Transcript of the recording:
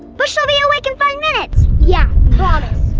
but she'll be awake in five minutes! yeah promise!